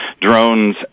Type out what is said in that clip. drones